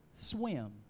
swim